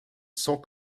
sans